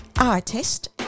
artist